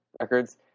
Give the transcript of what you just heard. records